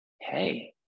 hey